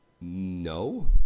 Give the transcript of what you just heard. no